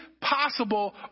possible